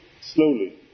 slowly